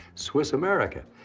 swiss america.